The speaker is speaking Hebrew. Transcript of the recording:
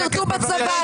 שירתו בצבא,